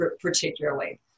particularly